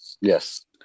Yes